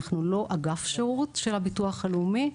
אנחנו לא אגף שירות של הביטוח הלאומי.